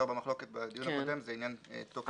במחלוקת בדיון הקודם זה עניין התוקף.